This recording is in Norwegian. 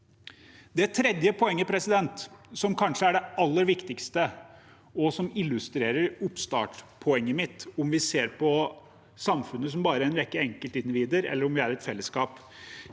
Det tredje poenget, som kanskje er det aller viktigste, og som illustrerer oppstartspoenget mitt – om vi ser på samfunnet som bare en rekke enkeltindivider, eller om vi er et fellesskap